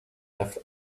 left